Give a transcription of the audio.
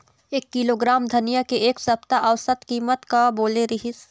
एक किलोग्राम धनिया के एक सप्ता औसत कीमत का बोले रीहिस?